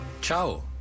Ciao